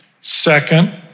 Second